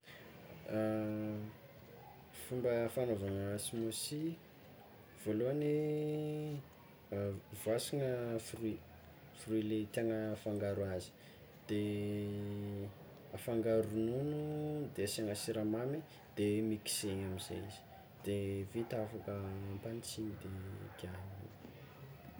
Fomba fagnaovagna smoothie, voalohany voasigna fruit, fruit le tiàgna afangaro azy de afangaro rognono de asiagna siramamy de mixegna amizay izy de vita avy, ampagnitsiagna de giahana.